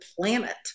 planet